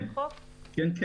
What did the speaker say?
כן.